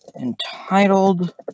entitled